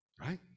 Right